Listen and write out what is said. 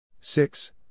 six